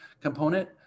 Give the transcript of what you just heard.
component